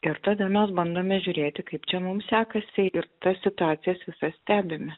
ir tada mes bandome žiūrėti kaip čia mums sekasi ir tas situacijas visas stebime